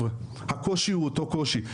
הקושי הוא אותו קושי,